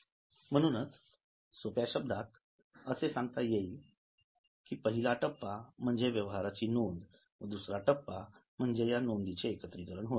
म्हणून सोप्या शब्दात असे सांगता येईल कि पहिला टप्पा म्हणजे व्यवहारांची नोंद व दुसरा टप्पा म्हणजे या नोंदींचे एकत्रीकरण होय